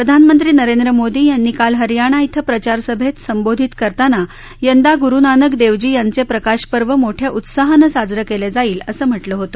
प्रधानमंत्री नरेंद्र मोदी यांनी काल हरियाणा इथं प्रचारसभेत संबोधित करताना यंदा ग्रु नानक देवजी यांचे प्रकाश पर्व मोठ्या उत्साहाने साजरे केलं जाईल असं म्हटलं होते